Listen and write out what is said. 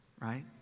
right